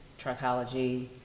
trichology